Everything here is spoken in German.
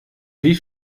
wie